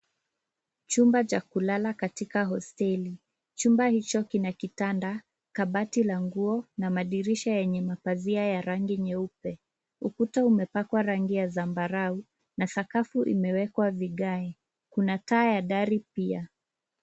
Chumba cha kulala katika hosteli. Chumba hicho kina kitanda, kabati la nguo na madirisha yenye mapazia ya rangi nyeupe. Ukuta umepakwa rangi ya zambarau na sakafu imewekwa vigae. Kuna taa ya dari pia.